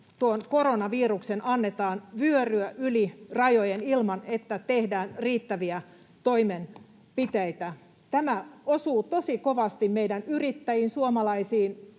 tuon koronaviruksen annetaan vyöryä yli rajojen ilman, että tehdään riittäviä toimenpiteitä. Tämä osuu tosi kovasti meidän yrittäjiin, suomalaisiin